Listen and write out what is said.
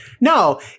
No